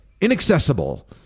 inaccessible